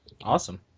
Awesome